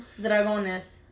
dragones